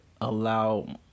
allow